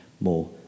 more